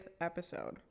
episode